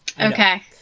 Okay